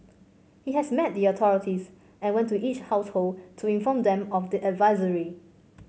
he has met the authorities and went to each household to inform them of the advisory